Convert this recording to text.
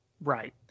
right